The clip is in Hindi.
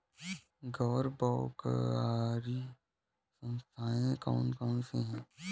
गैर बैंककारी संस्थाएँ कौन कौन सी हैं?